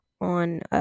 on